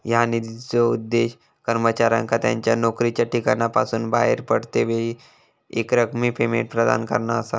ह्या निधीचो उद्देश कर्मचाऱ्यांका त्यांच्या नोकरीच्या ठिकाणासून बाहेर पडतेवेळी एकरकमी पेमेंट प्रदान करणा असा